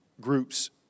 groups